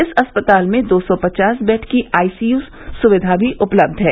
इस अस्पताल में दो सौ पचास बेड की आईसीयू सुविधा भी उपलब्ध है